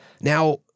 Now